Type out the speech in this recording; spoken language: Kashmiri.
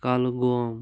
کۄلگوم